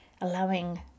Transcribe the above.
allowing